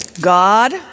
God